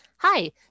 Hi